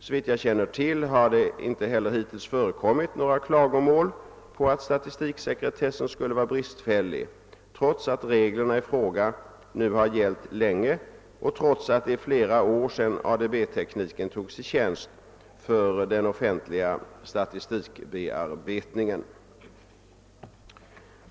Såvitt jag känner till har det inte heller hittills förekommit några klagomål på att statistiksekretessen skulle vara bristfällig, trots att reglerna i fråga nu har gällt länge och trots att det är flera år sedan ADB-tekniken togs i tjänst för den offentliga statistikbearbetningen.